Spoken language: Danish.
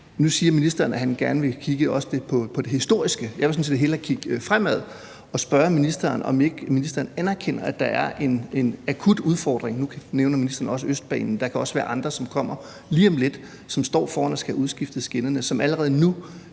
Nu siger ministeren, at han også gerne vil kigge lidt på det historiske. Jeg vil sådan set hellere kigge fremad og spørge ministeren, om ikke ministeren anerkender, at der er en akut udfordring. Nu nævner ministeren også Østbanen. Der kan også være andre, som kommer lige om lidt, og som står foran at skulle have udskiftet skinnerne. De kan allerede nu